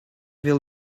will